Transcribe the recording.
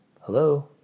hello